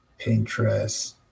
pinterest